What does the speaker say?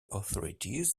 authorities